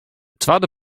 twadde